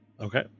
Okay